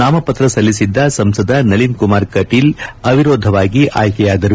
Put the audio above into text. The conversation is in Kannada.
ನಾಮಪತ್ರ ಸಲ್ಲಿಸಿದ್ದ ಸಂಸದ ನಳಿನ್ ಕುಮಾರ್ ಕಟೀಲ್ ಅವಿರೋಧವಾಗಿ ಆಯ್ಕೆಯಾದರು